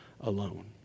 alone